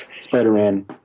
Spider-Man